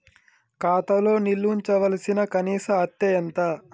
ఖాతా లో నిల్వుంచవలసిన కనీస అత్తే ఎంత?